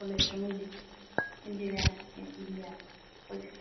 college दं बिदिनो engineer college